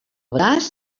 braç